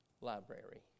library